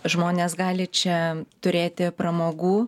žmonės gali čia turėti pramogų